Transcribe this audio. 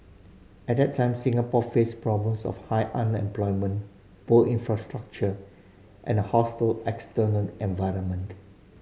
at that time Singapore faced problems of high unemployment poor infrastructure and a hostile external environment